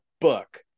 book